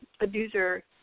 abuser